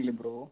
bro